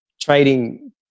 trading